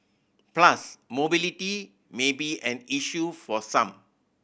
plus mobility may be an issue for some